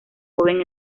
joven